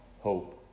hope